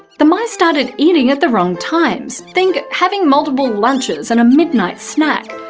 the mice started eating at the wrong times, think having multiple lunches and a midnight snack,